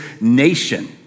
nation